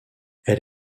elle